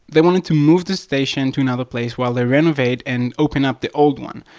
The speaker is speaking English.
they wanted to move the station to another place while they renovate and open up the old one.